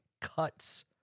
cuts